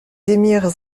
émirs